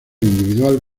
individual